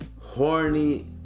horny